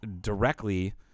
directly